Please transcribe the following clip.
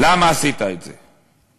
למה עשית את זה?